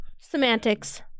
Semantics